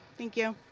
thank you.